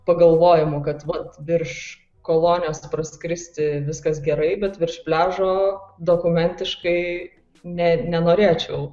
pagalvojimų kad vat virš kolonijos praskristi viskas gerai bet virš pliažo dokumentiškai ne nenorėčiau